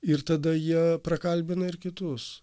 ir tada jie prakalbina ir kitus